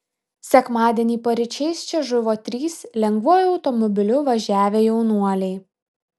sekmadienį paryčiais čia žuvo trys lengvuoju automobiliu važiavę jaunuoliai